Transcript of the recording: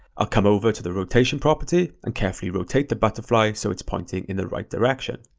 i'll come over to the rotation property and carefully rotate the butterfly so it's pointing in the right direction.